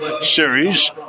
series